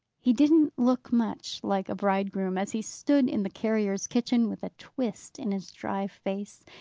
he didn't look much like a bridegroom, as he stood in the carrier's kitchen, with a twist in his dry face,